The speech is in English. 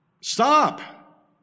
Stop